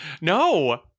no